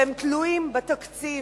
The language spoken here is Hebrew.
שהם תלויים בתקציב,